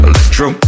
Electro